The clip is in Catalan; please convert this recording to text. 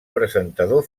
presentador